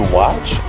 watch